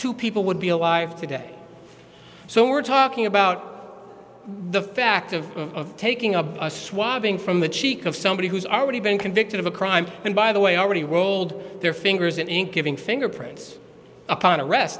two people would be alive today so we're talking about the fact of taking a swab being from the cheek of somebody who's already been convicted of a crime and by the way already rolled their fingers in ink giving fingerprints upon arrest